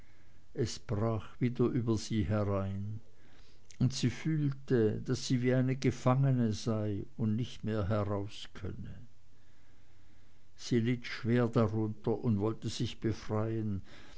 es brach wieder über sie herein und sie fühlte daß sie wie eine gefangene sei und nicht mehr heraus könne sie litt schwer darunter und wollte sich befreien